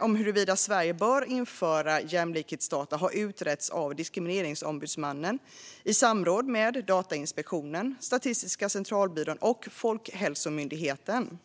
om huruvida Sverige bör införa jämlikhetsdata har utretts av Diskrimineringsombudsmannen i samråd med Datainspektionen, Statistiska centralbyrån och Folkhälsomyndigheten.